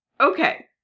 okay